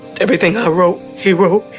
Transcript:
everything i wrote, he wrote,